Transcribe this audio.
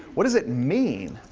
what does it mean,